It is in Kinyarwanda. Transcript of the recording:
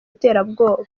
iterabwoba